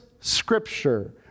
scripture